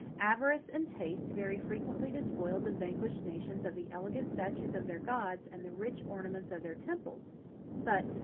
avarice and taste very frequently despoiled the vanquished nations of the elegant statues of their gods, and the rich ornaments of their temples but,